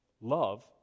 Love